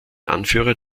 anführer